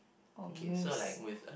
or moose